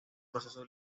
proceso